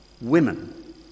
women